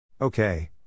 Okay